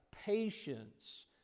patience